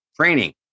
Training